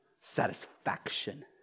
Satisfaction